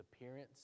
appearance